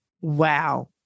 Wow